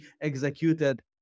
executed